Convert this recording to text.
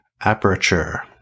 Aperture